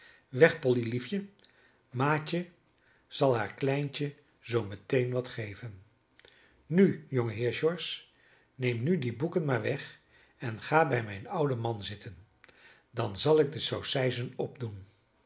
polly liefje maatje zal haar kleintje zoo meteen wat geven nu jongeheer george neem nu die boeken maar weg en ga bij mijn ouden man zitten dan zal ik de saucijzen opdoen